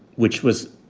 which was